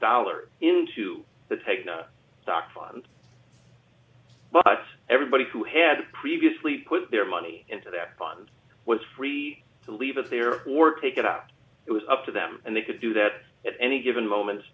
dollar into the take no stock fund but everybody who had previously put their money into that fund was free to leave it there or take it out it was up to them and they could do that at any given moment